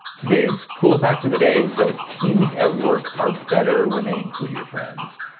today's cool fact of the day is that teens at work are better when they include your friends.